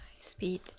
speed